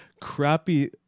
crappy